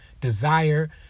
desire